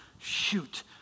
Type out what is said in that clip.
shoot